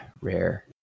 Rare